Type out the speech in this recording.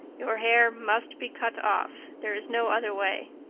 your hair must be cut off there is no other way.